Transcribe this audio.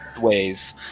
ways